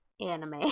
Anime